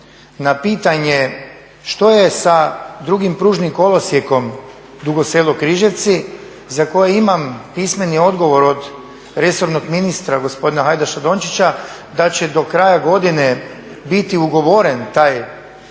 na pitanje što je sa drugim pružnim kolosijekom Dugo Selo Križevci za koje imam pismeni odgovor od resornog ministra gospodina Hajdaša Dončića da će do kraja godine biti ugovoren taj posao,